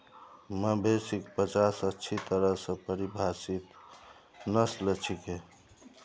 मवेशिक पचास अच्छी तरह स परिभाषित नस्ल छिके